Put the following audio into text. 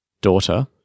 daughter